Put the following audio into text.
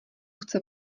chce